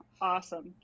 awesome